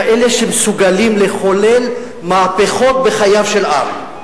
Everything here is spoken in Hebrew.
כאלה שמסוגלים לחולל מהפכות בחייו של עם.